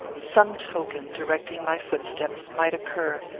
some token, directing my footsteps, might occur,